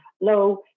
low